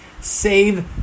Save